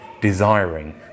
desiring